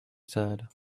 said